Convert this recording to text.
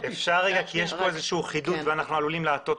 אני רוצה לחדד משהו.